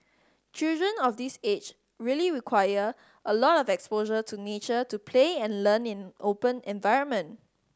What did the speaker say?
children of this age really require a lot of exposure to nature to play and learn in open environment